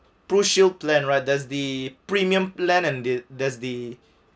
pru shield plan right there's the premium plan and there's the